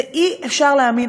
זה, אי-אפשר להאמין.